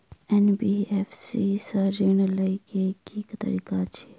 NBFC सँ ऋण लय केँ की तरीका अछि?